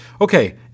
Okay